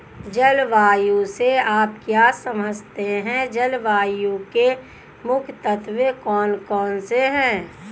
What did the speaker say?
जलवायु से आप क्या समझते हैं जलवायु के मुख्य तत्व कौन कौन से हैं?